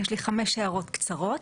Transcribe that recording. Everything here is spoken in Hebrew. יש לי חמש הערות קצרות.